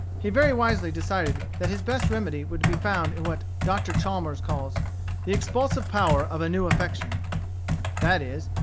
he very wisely decided that his best remedy would be found in what dr. chalmers calls the expulsive power of a new affection that is,